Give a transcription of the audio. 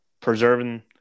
preserving